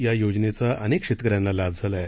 या योजनेचा अनेक शेतकऱ्यांना लाभ झाला आहे